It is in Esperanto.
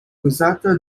uzata